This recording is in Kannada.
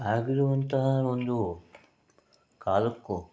ಆಗಿರುವಂತಹ ಒಂದು ಕಾಲಕ್ಕೂ